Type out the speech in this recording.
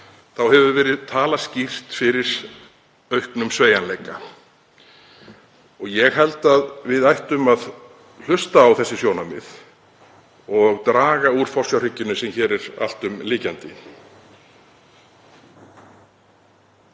hefur verið talað skýrt fyrir auknum sveigjanleika. Ég held að við ættum að hlusta á þessi sjónarmið og draga úr forsjárhyggjunni sem hér er alltumlykjandi.